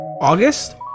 august